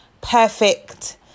perfect